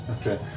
Okay